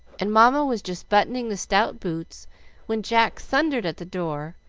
and mamma was just buttoning the stout boots when jack thundered at the door,